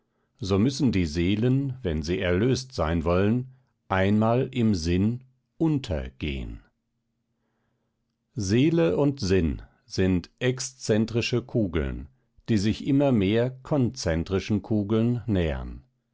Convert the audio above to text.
so müssen die seelen wenn sie erlöst sein wollen einmal im sinn unter gehn seele und sinn sind exzentrische kugeln die sich immer mehr konzentrischen kugeln nähern